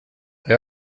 jag